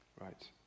right